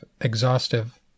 exhaustive